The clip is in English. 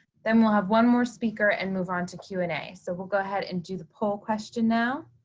then we'll have one more speaker and move on to q and a. so we'll go ahead and do the poll question now.